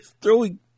throwing